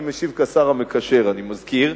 אני משיב כשר המקשר, אני מזכיר.